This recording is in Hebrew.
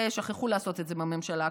את זה שכחו לעשות בממשלה הקודמת,